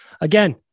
again